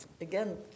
again